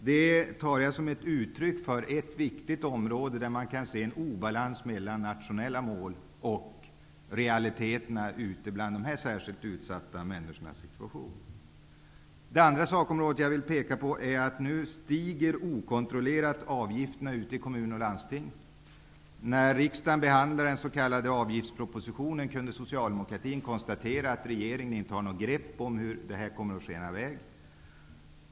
Detta tar jag som ett uttryck för en obalans på ett viktigt område mellan nationella mål och realite terna för dessa särskilt utsatta människor. Den andra sak som jag vill peka på är att utgif terna nu stiger okontrollerat ute i kommuner och landsting. När riksdagen behandlade den s.k. av giftspropositionen, kunde vi socialdemokrater konstatera att regeringen inte hade något grepp, inte kunde se hur det hela kommer att skena i väg.